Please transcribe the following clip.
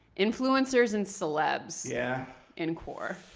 influencers and celebs yeah in quar.